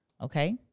okay